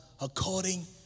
according